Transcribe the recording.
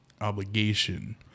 obligation